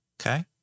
Okay